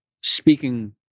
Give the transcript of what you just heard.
speaking